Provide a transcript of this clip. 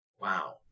wow